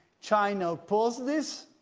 china opposed this.